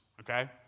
Okay